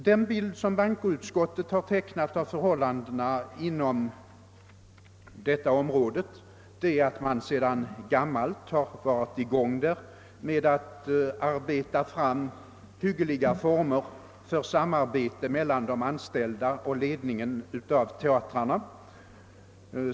Den bild som bankoutskottet har tecknat av förhållandena på detta område visar att man sedan gammalt är i gång med att arbeta fram hyggliga former för samarbetet mellan de anställda och ledningen för teatrarna.